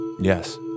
Yes